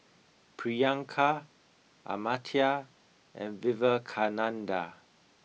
Priyanka Amartya and Vivekananda